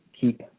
Keep